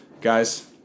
Guys